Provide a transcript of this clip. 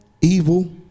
evil